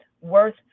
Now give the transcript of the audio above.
worth